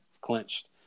clinched